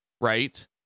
right